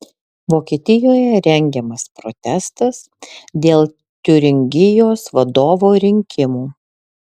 vokietijoje rengiamas protestas dėl tiuringijos vadovo rinkimų